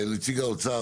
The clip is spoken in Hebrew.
נציג האוצר,